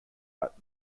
art